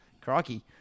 Crikey